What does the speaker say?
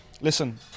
listen